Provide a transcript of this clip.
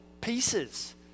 pieces